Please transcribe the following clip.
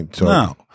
Now